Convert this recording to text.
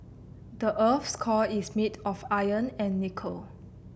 the earth's core is made of iron and nickel